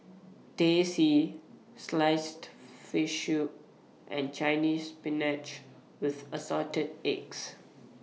Teh C Sliced Fish Soup and Chinese Spinach with Assorted Eggs